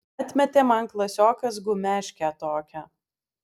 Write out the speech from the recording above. atmetė man klasiokas gumeškę tokią